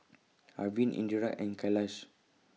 Arvind Indira and Kailash